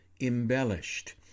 embellished